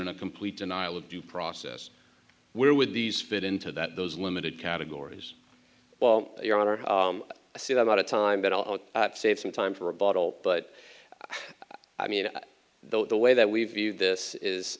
and a complete denial of due process we're with these fit into that those limited categories well your honor i see that a lot of time but i'll save some time for a bottle but i mean the way that we view this is